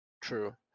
True